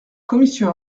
commission